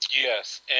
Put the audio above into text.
Yes